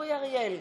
אורי אריאל,